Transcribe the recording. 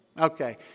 Okay